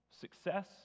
success